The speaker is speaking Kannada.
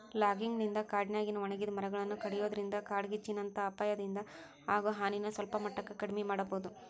ಲಾಗಿಂಗ್ ನಿಂದ ಕಾಡಿನ್ಯಾಗಿನ ಒಣಗಿದ ಮರಗಳನ್ನ ಕಡಿಯೋದ್ರಿಂದ ಕಾಡ್ಗಿಚ್ಚಿನಂತ ಅಪಾಯದಿಂದ ಆಗೋ ಹಾನಿನ ಸಲ್ಪಮಟ್ಟಕ್ಕ ಕಡಿಮಿ ಮಾಡಬೋದು